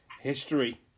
History